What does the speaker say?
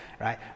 right